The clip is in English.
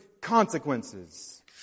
consequences